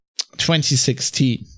2016